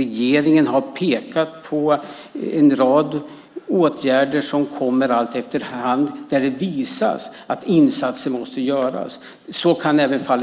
Regeringen har pekat på en rad åtgärder som kommer efterhand där det visas att insatser måste göras. Min talartid är